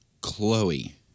Chloe